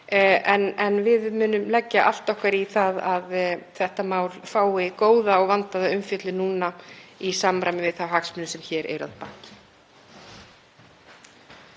en við munum leggja allt okkar í það að þetta mál fái góða og vandaða umfjöllun í samræmi við þá hagsmuni sem hér eru að baki.